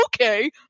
okay